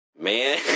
man